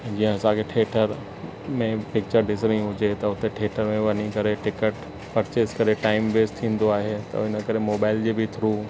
जीअं असांखे थिएटर में पिचर ॾिसणी हुजे त हुते थिएटर में वञी करे टिकट परचेस करे टाइम वेस्ट थींदो आहे त हिन करे मोबाइल जे बि थ्रू